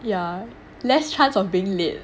ya less chance of being late